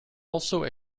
also